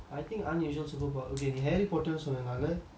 I think unusual superpower okay நீ:nee harry potter சொன்ன நால:sonna naala